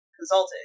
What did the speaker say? consulted